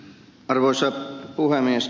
arvoisa puhemies